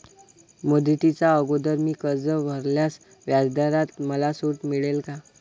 मुदतीच्या अगोदर मी कर्ज भरल्यास व्याजदरात मला सूट मिळेल का?